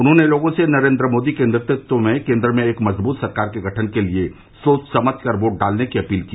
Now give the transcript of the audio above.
उन्होंने लोगों से नरेन्द्र मोदी के नेतृत्व में केन्द्र में एक मजबूत सरकार के गठन के लिये सोच समझ कर वोट करने की अपील की